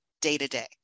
day-to-day